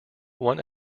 one